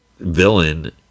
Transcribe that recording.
villain